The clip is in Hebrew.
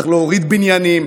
צריך להוריד בניינים,